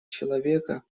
человека